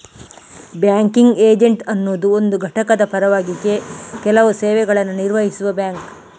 banking agent ಅನ್ನುದು ಒಂದು ಘಟಕದ ಪರವಾಗಿ ಕೆಲವು ಸೇವೆಗಳನ್ನ ನಿರ್ವಹಿಸುವ ಬ್ಯಾಂಕ್